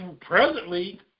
presently